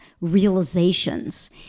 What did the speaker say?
realizations